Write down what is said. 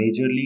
majorly